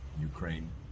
Ukraine